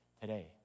today